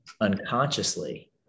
unconsciously